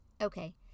Okay